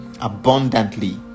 abundantly